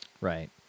Right